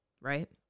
right